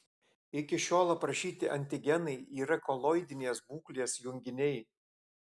iki šiol aprašyti antigenai yra koloidinės būklės junginiai